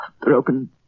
broken